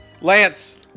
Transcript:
Lance